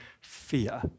fear